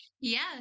Yes